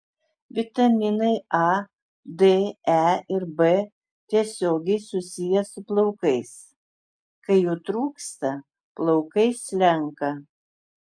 vitaminai a d e ir b tiesiogiai susiję su plaukais kai jų trūksta plaukai slenka